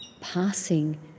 passing